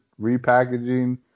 repackaging